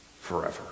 forever